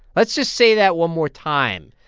let's just say that one more time.